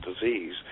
disease